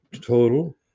total